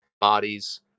bodies